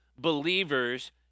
believers